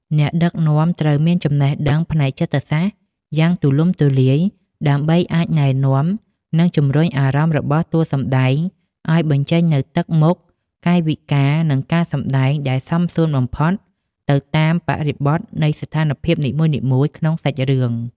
អ្នកដឹកនាំត្រូវមានចំណេះដឹងផ្នែកចិត្តសាស្ត្រយ៉ាងទូលំទូលាយដើម្បីអាចណែនាំ និងជម្រុញអារម្មណ៍របស់តួសម្ដែងឱ្យបញ្ចេញនូវទឹកមុខ កាយវិការ និងការសម្ដែងដែលសមសួនបំផុតទៅតាមបរិបទនៃស្ថានភាពនីមួយៗក្នុងសាច់រឿង។